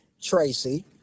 Tracy